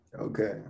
okay